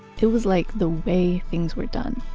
it was like the way things were done